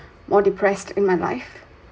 more depressed in my life